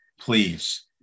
please